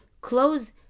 close